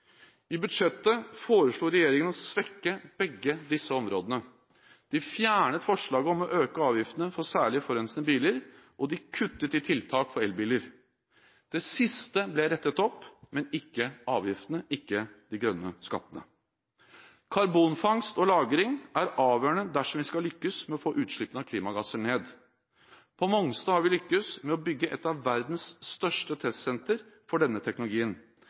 I budsjettet foreslo regjeringen å svekke begge disse områdene. De fjernet forslaget om å øke avgiftene på særlig forurensende biler, og de kuttet i tiltak for elbiler. Det siste ble rettet opp, men ikke avgiftene – ikke de grønne skattene. Karbonfangst og -lagring er avgjørende dersom vi skal lykkes med å få utslippene av klimagasser ned. På Mongstad har vi lyktes med å bygge et av verdens største testsenter for denne teknologien.